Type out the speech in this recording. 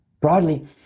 Broadly